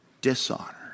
dishonor